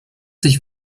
sich